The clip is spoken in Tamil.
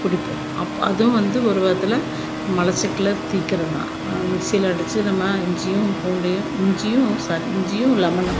குடிப்போம் அப் அதுவும் வந்து ஒரு விதத்தில் மலச்சிக்கலை தீக்குறதுதான் மிக்ஸியில் அடித்து நம்ம இஞ்சியும் பூண்டையும் இஞ்சியும் சாரி இஞ்சியும் லெமெனும்